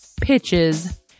pitches